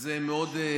וזה מאוד מטריד.